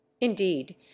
indeed